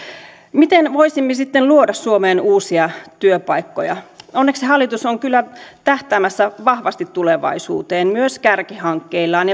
miten voisimme sitten luoda suomeen uusia työpaikkoja onneksi hallitus on kyllä tähtäämässä vahvasti tulevaisuuteen myös kärkihankkeillaan